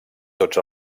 tots